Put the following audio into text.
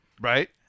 Right